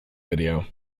video